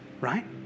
right